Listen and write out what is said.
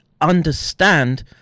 understand